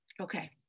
Okay